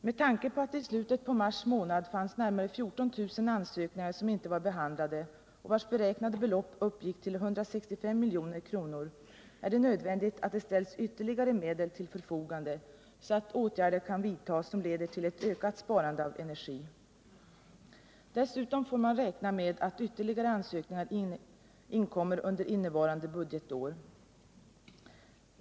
Med tanke på att det i slutet på mars månad fanns närmare 14 000 ansökningar som inte var behandlade och vars beräknade belopp uppgick ull 165 milj.kr. är det nödvändigt att det ställs ytterligare medel till förfogande, så att åtgärder kan vidtas som leder tillett ökat sparande av energi. Dessutom får man räkna med att ytterligare ansökningar inkommer under innevarande budgetår.